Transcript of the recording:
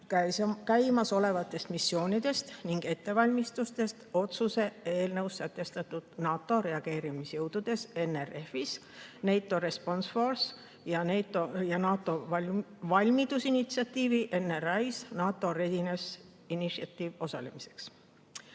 käimasolevatest missioonidest ning ettevalmistustest otsuse eelnõus sätestatud NATO reageerimisjõududes NRF-is (NATO Response Force) ja NATO valmidusinitsiatiivi NRI-s (NATO Readiness Iniative) osalemiseks. Toon